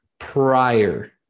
prior